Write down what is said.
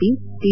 P T